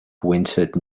wintered